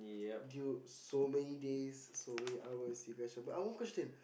due so many days so how many hours you guys but uh one question